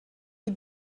les